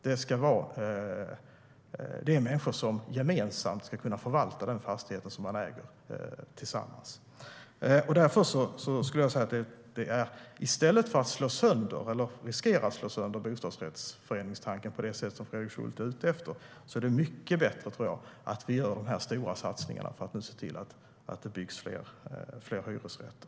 Det är människor som gemensamt ska förvalta den fastighet de äger tillsammans. I stället för att slå sönder, eller riskera att slå sönder, bostadsrättsföreningstanken på det sätt som Fredrik Schulte är ute efter tror jag att det är mycket bättre att vi gör de stora satsningarna så att det byggs fler hyresrätter.